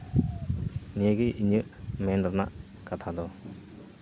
ᱱᱤᱭᱟᱹ ᱜᱮ ᱤᱧᱟᱹᱜ ᱢᱮᱱ ᱨᱮᱱᱟᱜ ᱠᱟᱛᱷᱟ ᱫᱚ